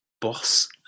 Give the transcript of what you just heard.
boss